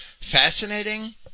Fascinating